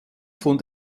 von